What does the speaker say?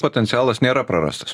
potencialas nėra prarastas